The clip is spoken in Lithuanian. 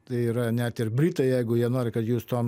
tai yra net ir britai jeigu jie nori kad jūs tom